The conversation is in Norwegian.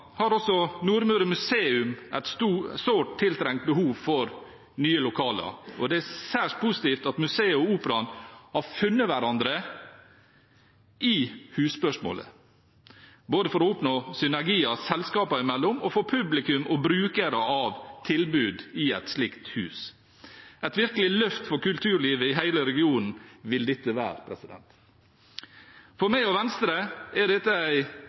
har også Nordmøre Museum et sårt tiltrengt behov for nye lokaler, og det er særs positivt at museet og operaen har funnet hverandre i husspørsmålet, både for å oppnå synergier selskapene imellom og for publikum og brukere av tilbud i et slikt hus. Et virkelig løft for kulturlivet i hele regionen vil dette være. For meg og Venstre er dette